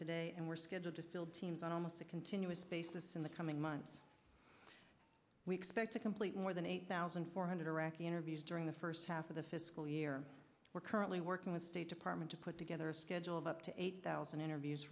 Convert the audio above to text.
today and we're scheduled to still teams on almost a continuous basis in the coming months we expect to complete more than eight thousand four hundred iraqi interviews during the first half of the fiscal year we're currently working with state department to put together a schedule of up to eight thousand interviews